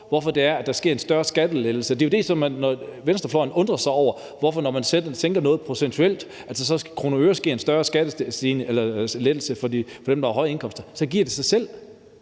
hvorfor der kommer en større skattelettelse. Det er jo det, som venstrefløjen undrer sig over, altså hvorfor der, når man sænker noget procentuelt, så skal ske en større skattelettelse i kroner og øre for dem, der har høje indkomster; så giver det sig selv.